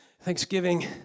Thanksgiving